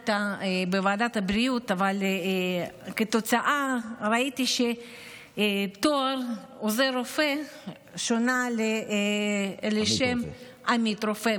אבל כתוצאה ראיתי שתואר עוזר רופא שונה לשם עמית רופא,